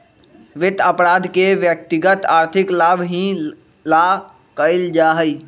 वित्त अपराध के व्यक्तिगत आर्थिक लाभ ही ला कइल जा हई